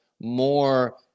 more